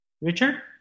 Richard